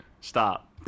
stop